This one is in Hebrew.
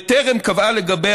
בטרם קבעה לגביה